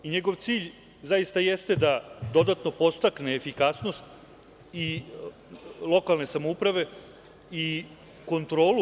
NJegov cilj zaista jeste da dodatno podstakne efikasnost lokalne samouprave i kontrolu.